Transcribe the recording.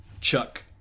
Chuck